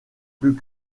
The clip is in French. plus